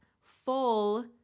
full